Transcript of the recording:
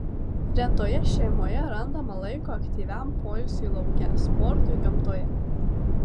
retoje šeimoje randama laiko aktyviam poilsiui lauke sportui gamtoje